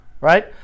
right